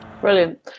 Brilliant